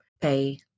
Pay